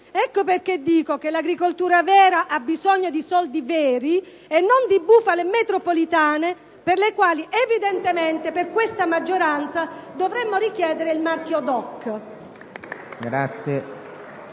solo sui tartufi. L'agricoltura italiana ha bisogno di soldi veri e non di bufale metropolitane, per le quali evidentemente per questa maggioranza dovremmo richiedere il marchio DOC.